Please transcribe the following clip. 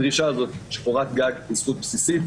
בדרישה הזאת קורת גג היא זכות בסיסית